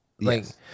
Yes